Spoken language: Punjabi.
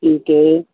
ਠੀਕ ਹੈ